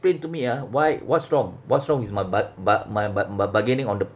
explain to me ah why what's wrong what's wrong with my bar~ bar~ my bar ~ bar~ bargaining on the